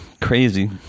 Crazy